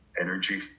Energy